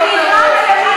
ומדינה אחת שצריכה להילחם.